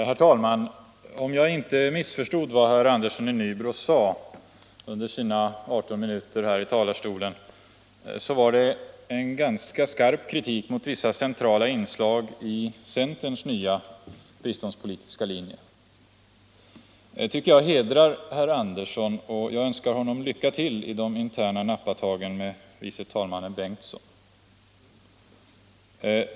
Herr talman! Om jag inte missförstod vad herr Andersson i Nybro sade under sina 12 minuter här i talarstolen så var det en ganska skarp kritik mot vissa centrala inslag i centerns nya biståndspolitiska linje. Det tycker jag hedrar herr Andersson, och jag önskar honom lycka till i de interna nappatagen med herr förste vice talmannen Bengtson.